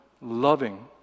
loving